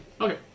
Okay